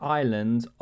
islands